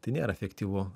tai nėra efektyvu